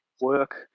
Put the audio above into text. work